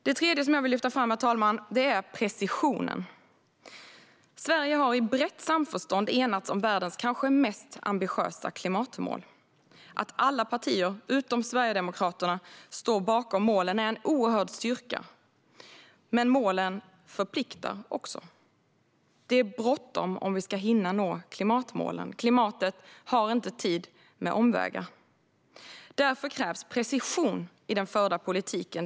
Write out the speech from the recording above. Det tredje jag vill lyfta fram, herr talman, är precisionen. Sverige har i brett samförstånd enats om världens kanske mest ambitiösa klimatmål. Att alla partier utom Sverigedemokraterna står bakom målen är en oerhörd styrka. Men målen förpliktar också. Det är bråttom om vi ska hinna nå klimatmålen. Klimatet har inte tid med omvägar. Därför krävs precision i den förda politiken.